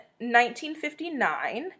1959